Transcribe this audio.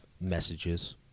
messages